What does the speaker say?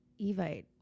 Evite